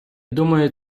думаю